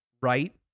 right